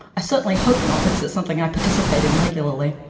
i certainly hope not, because it's something i participate in regularly.